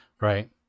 right